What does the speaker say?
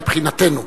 מבחינתנו.